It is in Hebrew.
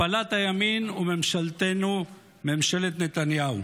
הפלת הימין וממשלתנו, ממשלת נתניהו.